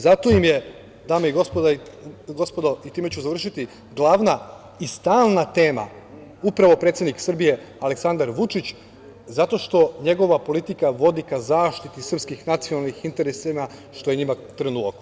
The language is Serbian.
Zato im je, dame i gospodo, i time ću završiti, glavna i stalna tema upravo predsednik Srbije Aleksandar Vučić, zato što njegova politika vodi ka zaštiti srpskih nacionalnih interesa, što je njima trnu u oku.